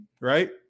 right